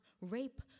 Rape